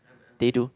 they do